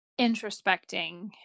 introspecting